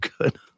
good